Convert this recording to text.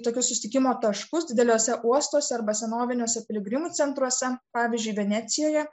tokius susitikimo taškus dideliuose uostuose arba senoviniuose piligrimų centruose pavyzdžiui venecijoje